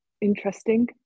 interesting